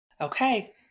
Okay